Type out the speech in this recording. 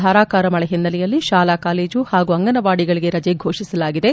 ಧಾರಾಕಾರ ಮಳೆ ಹಿನ್ನೆಲೆಯಲ್ಲಿ ಶಾಲಾ ಕಾಲೇಜು ಹಾಗೂ ಅಂಗನವಾಡಿಗಳಿಗೆ ರಜೆ ಫೋಷಿಸಲಾಗಿದೆ